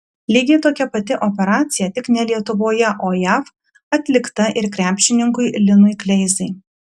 lygiai tokia pati operacija tik ne lietuvoje o jav atlikta ir krepšininkui linui kleizai